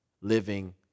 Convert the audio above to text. living